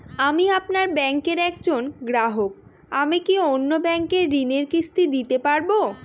আমি আপনার ব্যাঙ্কের একজন গ্রাহক আমি কি অন্য ব্যাঙ্কে ঋণের কিস্তি দিতে পারবো?